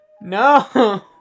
No